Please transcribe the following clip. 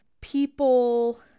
people